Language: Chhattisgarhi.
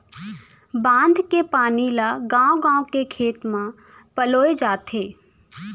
बांधा के पानी ल गाँव गाँव के खेत म पलोए जाथे